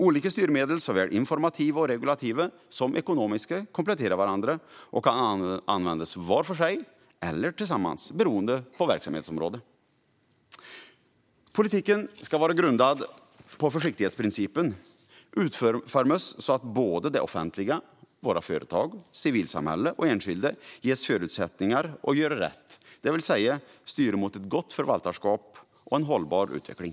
Olika styrmedel, såväl informativa och regulativa som ekonomiska, kompletterar varandra och kan användas var för sig eller tillsammans, beroende på verksamhetsområde. Politiken ska vara grundad på försiktighetsprincipen och utformas så att det offentliga, våra företag, civilsamhället och enskilda ges förutsättningar att göra rätt, det vill säga styra mot ett gott förvaltarskap och en hållbar utveckling.